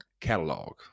catalog